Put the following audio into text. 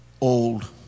old